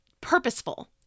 purposeful